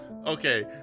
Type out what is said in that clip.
Okay